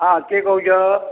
ହଁ କିଏ କହୁଛ